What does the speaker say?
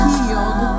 Healed